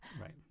Right